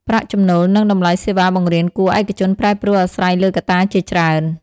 ប្រាក់ចំណូល និងតម្លៃសេវាបង្រៀនគួរឯកជនប្រែប្រួលអាស្រ័យលើកត្តាជាច្រើន។